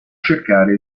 cercare